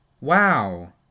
Wow